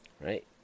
right